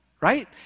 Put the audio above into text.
right